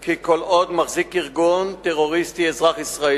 כי כל עוד מחזיק ארגון טרוריסטי אזרח ישראל